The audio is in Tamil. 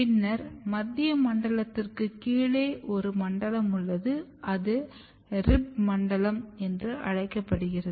பின்னர் மத்திய மண்டலத்துக்குக் கீழே ஒரு மண்டலம் உள்ளது அது ரிப் மண்டலம் என்று அழைக்கப்படுகிறது